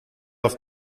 auf